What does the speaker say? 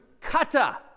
kata